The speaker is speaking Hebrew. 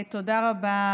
תודה רבה.